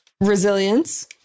resilience